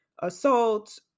assault